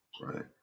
Right